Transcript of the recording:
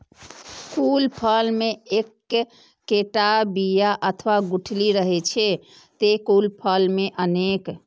कुछ फल मे एक्केटा बिया अथवा गुठली रहै छै, ते कुछ फल मे अनेक